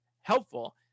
helpful